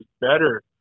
better